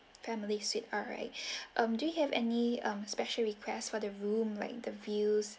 families suite alright um do you have any um special requests for the room like the views